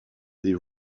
des